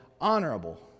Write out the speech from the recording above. honorable